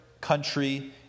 country